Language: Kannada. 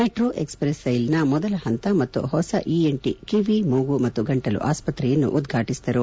ಮೆಟ್ರೋ ಎಕ್ಷ್ ಪ್ರೆಸ್ ರೈಲಿನ ಮೊದಲ ಹಂತ ಮತ್ತು ಹೊಸ ಕಿವಿ ಮೂತು ಮತ್ತು ಗಂಟಲು ಆಸ್ತ್ರೆಯನ್ನು ಉದ್ಘಾಟಿಸಿದರು